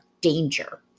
danger